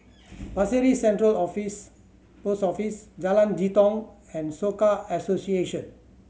Pasir Ris Central Office Post Office Jalan Jitong and Soka Association